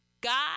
God